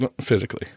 physically